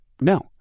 No